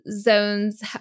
zones